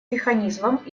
механизмов